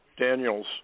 Daniel's